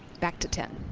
back to ten.